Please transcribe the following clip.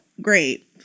Great